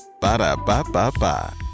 Ba-da-ba-ba-ba